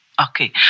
Okay